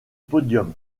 podium